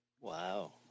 Wow